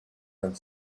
and